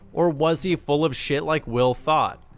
or was he full of shit like will thought.